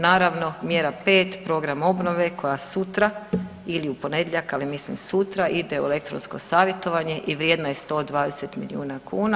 Naravno mjera 5 program obnove koja sutra ili u ponedjeljak, ali mislim sutra ide u elektronsko savjetovanje i vrijedna je 120 miliona kuna.